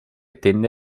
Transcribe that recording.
tende